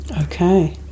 Okay